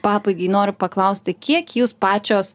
pabaigai noriu paklausti kiek jūs pačios